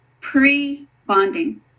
pre-bonding